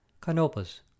Canopus